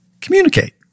communicate